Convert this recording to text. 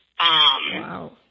Wow